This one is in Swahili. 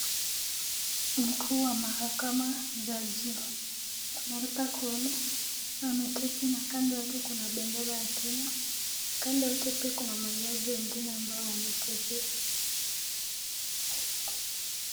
Mkuu wa mahakama, Jaji Martha Koome, ameketi na kando yake kuna bendera ya Kenya kando yake pia kuna majaji wengine ambao wameketi.